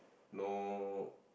no